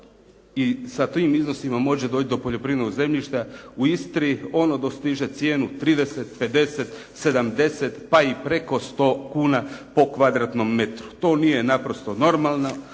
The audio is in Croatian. i sa tim iznosima može doći do poljoprivrednog zemljišta u Istri ono dostiže cijenu 30, 50, 70 pa i preko 100 kuna po kvadratnom metru. To nije naprosto normalno,